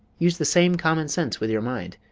use the same common sense with your mind.